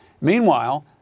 Meanwhile